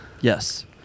Yes